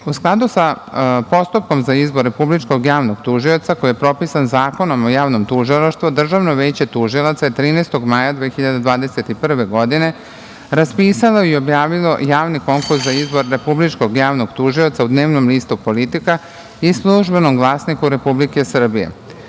U skladu sa postupkom za izbor Republičkog javnog tužioca koji je propisan Zakonom o javnom tužilaštvu, Državno veće tužilaca je 13. maja 2021. godine raspisalo i objavilo javni konkurs za izbor Republičkog javnog tužioca u dnevnom listu „Politika“ i „Službenom glasniku“ Republike Srbije. Posle